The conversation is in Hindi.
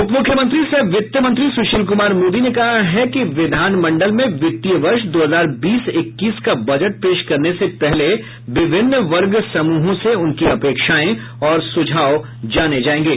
उप मुख्यमंत्री सह वित्त मंत्री सुशील कुमार मोदी ने कहा है कि विधानमंडल में वित्तीय वर्ष दो हजार बीस इक्कीस का बजट पेश करने से पहले विभिन्न वर्ग समूहों से उनकी अपेक्षाएं और सुझाव जाने जायेंगे